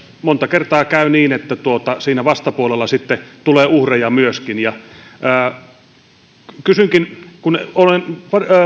monta kertaa käy niin että siinä vastapuolella sitten tulee uhreja myöskin kysynkin olen